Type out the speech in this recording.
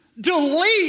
delete